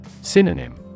Synonym